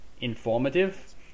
informative